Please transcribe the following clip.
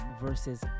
versus